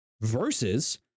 versus